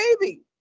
baby